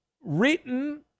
written